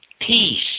peace